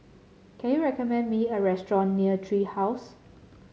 can you recommend me a restaurant near Tree House